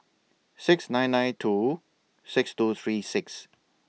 six nine nine two six two three six